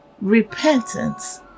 Repentance